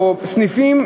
או סניפים,